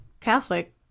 Catholic